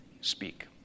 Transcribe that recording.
speak